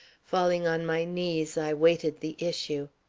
falling on my knees i waited the issue.